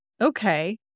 okay